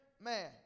man